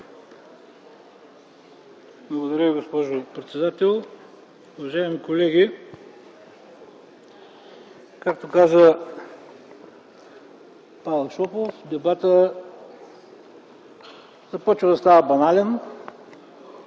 Благодаря Ви, госпожо председател. Уважаеми колеги, както каза Павел Шопов, дебатът започва да става банален.